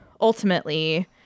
ultimately